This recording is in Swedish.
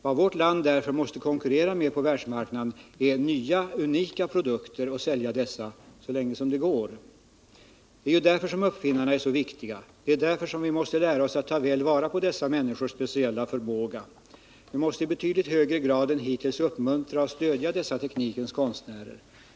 Vad vårt land därför måste konkurrera med på världsmarknaden är nya, unika produkter — och man måste sälja dessa så länge det går. Det är därför som uppfinnarna är så viktiga, det är därför som vi måste lära oss att ta väl vara på dessa människors speciella förmåga. Vi måste i betydligt högre grad än hittills uppmuntra och stödja dessa teknikens Nr 167 konstnärer.